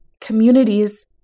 communities